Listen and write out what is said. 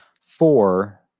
Four